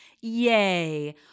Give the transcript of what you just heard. Yay